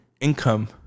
income